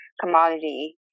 commodity